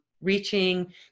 reaching